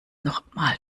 nochmal